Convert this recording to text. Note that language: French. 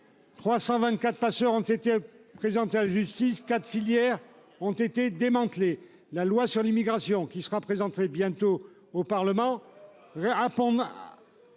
324 passeurs ont été présentés injustice. Quatre filières ont été démantelées. La loi sur l'immigration qui sera présentée bientôt au Parlement j'hein